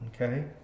okay